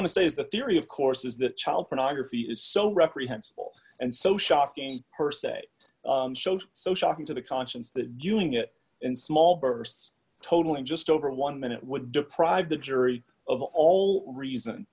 want to say is the theory of course is that child pornography is so reprehensible and so shocking per se showed so shocking to the conscience that doing it in small bursts totaling just over one minute would deprive the jury of all reason